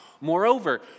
Moreover